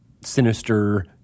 Sinister